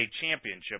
championship